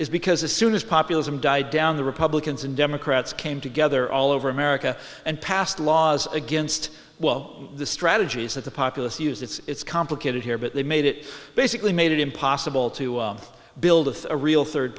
is because as soon as populism died down the republicans and democrats came together all over america and passed laws against well the strategies that the populace used it's complicated here but they made it basically made it impossible to build of a real third